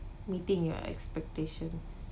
meeting you expectations